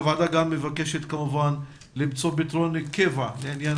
הוועדה גם מבקשת כמובן למצוא פתרון קבע לעניין